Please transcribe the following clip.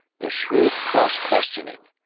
the shrewd cross-questioning.